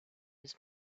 his